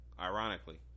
Ironically